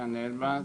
דן אלבז.